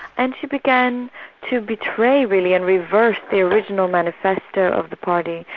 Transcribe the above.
and she began to betray really and reverse the original manifesto of the party.